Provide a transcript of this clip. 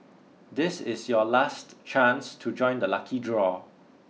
this is your last chance to join the lucky draw